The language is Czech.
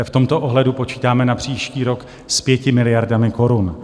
V tomto ohledu počítáme na příští rok s 5 miliardami korun.